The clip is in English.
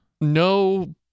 no